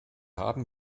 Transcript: haben